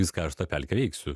jis ką aš ta pelke veiksiu